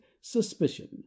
suspicion